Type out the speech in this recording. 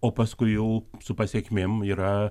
o paskui jau su pasekmėm yra